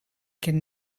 can